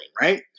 Right